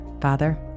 Father